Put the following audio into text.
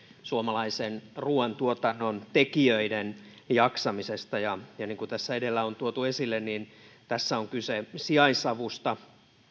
suomalaisen ruuantuotannon tekijöiden jaksamisesta niin kuin tässä edellä on tuotu esille tässä on kyse sijaisavusta